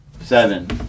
Seven